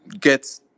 get